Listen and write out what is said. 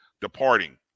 departing